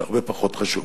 זה הרבה פחות חשוב,